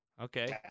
Okay